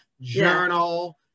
journal